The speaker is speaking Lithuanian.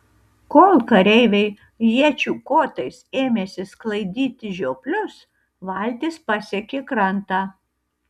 kol kareiviai iečių kotais ėmėsi sklaidyti žioplius valtis pasiekė krantą